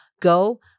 go